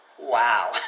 Wow